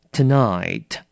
Tonight